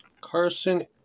Carson